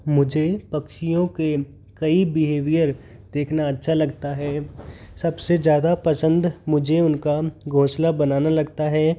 मुझे पक्षियों के कई बिहेवियर देखना अच्छा लगता है सबसे ज़्यादा पसंद मुझे इनका घोंसला बनाना लगता है